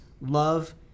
love